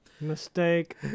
Mistake